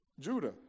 Judah